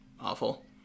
awful